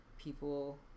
people